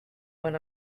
when